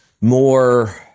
more